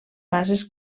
fases